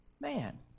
man